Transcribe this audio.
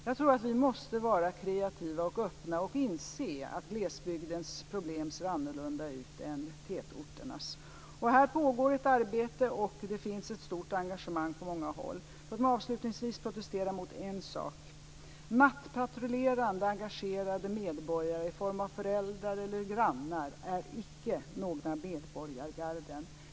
Jag tror att vi måste vara kreativa och öppna och inse att glesbygdens problem ser annorlunda ut än tätorternas. Här pågår ett arbete. Det finns ett stort engagemang på många håll. Låt mig avslutningsvis protestera mot en sak. Nattpatrullerande, engagerade medborgare i form av föräldrar eller grannar är icke några medborgargarden.